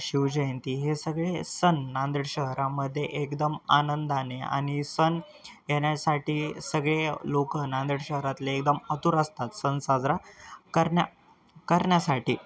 शिवजयंती हे सगळे सण नांदेड शहरामध्ये एकदम आनंदाने आणि सण येण्यासाठी सगळे लोकं नांदेड शहरातले एकदम आतुर असतात सण साजरा करण्या करण्यासाठी